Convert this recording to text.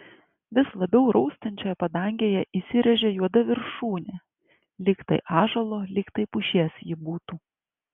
vis labiau raustančioje padangėje įsirėžė juoda viršūnė lyg tai ąžuolo lyg tai pušies ji būtų